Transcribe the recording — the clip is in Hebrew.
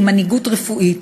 היא "מנהיגות רפואית".